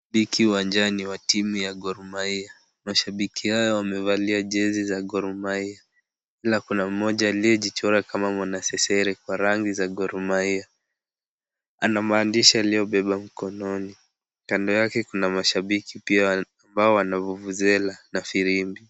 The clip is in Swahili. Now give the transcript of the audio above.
Liginuwanjani wa timu ya Ghor-mahia mashabiki hao wamevalia jezi za Ghor-mahia. Ila kuna mmoja aliyejichora kama mwana sesere kwa rangi za Ghor-mahia. Ana mahandishi aliyebeba mkononi. Kando yake kuna mashabiki pia ambao wamevuvusela na firimbi.